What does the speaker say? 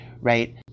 right